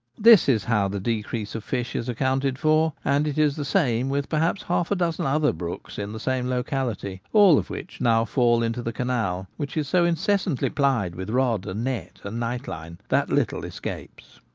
this is how the decrease of fish is accounted for, and it is the same with perhaps half-a-dozen other brooks in the same locality, all of which now fall into the canal, which is so incessantly plied with rod and net and nightline that little escapes.